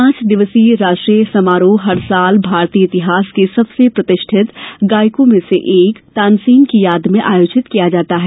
पांच दिवसीय राष्ट्रीय समारोह हर साल भारतीय इतिहास के सबसे प्रतिष्ठित गायकों में से एक तानसेन की याद में आयोजित किया जाता है